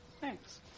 Thanks